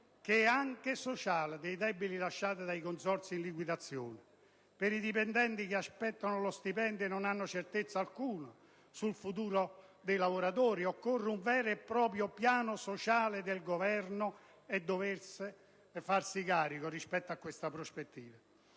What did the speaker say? che è anche sociale, dei debiti lasciati dai consorzi in liquidazione. Per i dipendenti che aspettano lo stipendio e non hanno certezza alcuna sul loro futuro lavorativo, occorre un vero e proprio piano sociale del Governo che dovrebbe farsi carico di questa prospettiva.